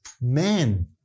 man